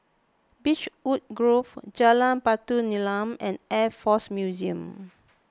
Beechwood Grove Jalan Batu Nilam and Air force Museum